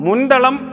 Mundalam